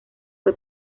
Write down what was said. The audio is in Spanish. fue